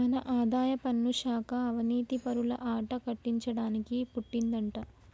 మన ఆదాయపన్ను శాఖ అవనీతిపరుల ఆట కట్టించడానికి పుట్టిందంటా